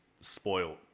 spoiled